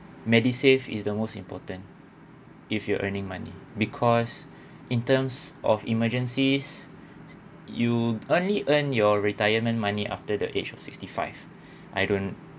medisave is the most important if you're earning money because in terms of emergencies you only earn your retirement money after the age of sixty five I don't